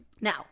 Now